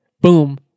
Boom